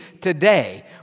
today